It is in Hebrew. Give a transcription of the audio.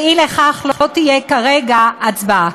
ואי-לכך לא תהיה כרגע הצבעה.